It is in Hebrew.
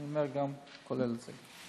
אני אומר, כולל גם את זה.